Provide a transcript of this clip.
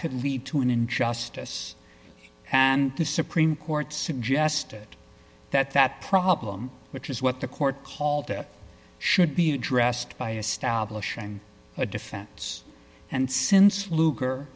could lead to an injustice and the supreme court suggested that that problem which is what the court called it should be addressed by establishing a defense and since lug